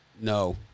No